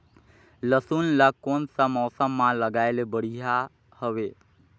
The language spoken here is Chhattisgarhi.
लसुन ला कोन सा मौसम मां लगाय ले बढ़िया हवे?